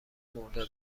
مرده